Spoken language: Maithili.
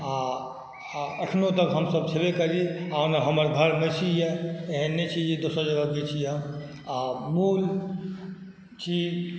आ अखनौ तक हम सब छेबै करि अहुमे हमर घर महिषी यऽ एहन नहि छै जे दोसर जगहके छी हम आ मूल छी